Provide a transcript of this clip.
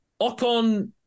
Ocon